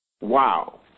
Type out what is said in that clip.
Wow